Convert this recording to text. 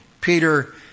Peter